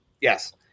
Yes